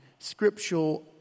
scriptural